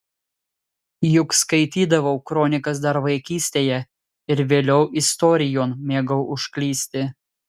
juk skaitydavau kronikas dar vaikystėje ir vėliau istorijon mėgau užklysti